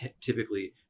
typically